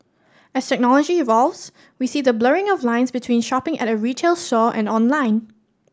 as technology evolves we see the blurring of lines between shopping at a retail store and online